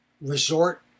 resort